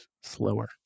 slower